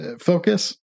focus